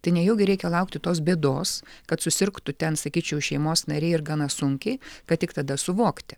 tai nejaugi reikia laukti tos bėdos kad susirgtų ten sakyčiau šeimos nariai ir gana sunkiai kad tik tada suvokti